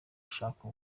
shaka